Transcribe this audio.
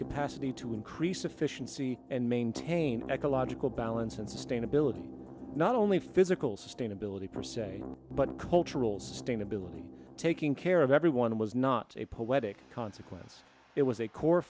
capacity to increase efficiency and maintain ecological balance and stain ability not only physical state ability for say but cultural sting ability taking care of everyone was not a poetic consequence it was a core